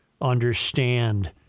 understand